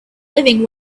living